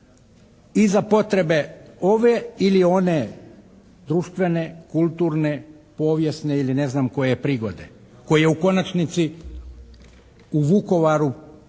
i za potrebe ove ili one društvene, kulturne, povijesne ili ne znam koje prigode, koji je u konačnici u Vukovaru pjevao